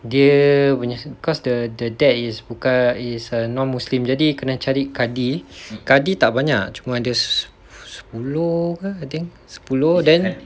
dia punya cause the dad is bukan is a non-muslim jadi kena cari kadi kadi tak banyak cuma ada sepuluh ke I think sepuluh then